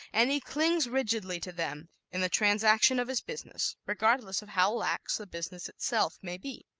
and he clings rigidly to them in the transaction of his business, regardless of how lax the business itself may be.